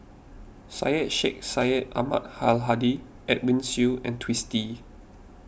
Syed Sheikh Syed Ahmad Al Hadi Edwin Siew and Twisstii